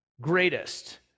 greatest